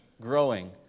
growing